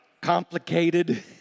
complicated